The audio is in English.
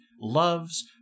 loves